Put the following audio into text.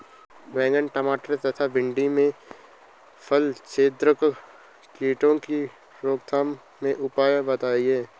बैंगन टमाटर तथा भिन्डी में फलछेदक कीटों की रोकथाम के उपाय बताइए?